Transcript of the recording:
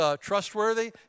trustworthy